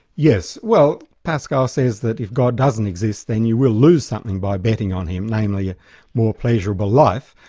yes. well, pascal says that if god doesn't exist then you will lose something by betting on him. namely a more pleasurable life,